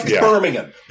Birmingham